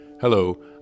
Hello